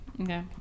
Okay